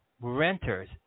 renters